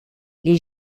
les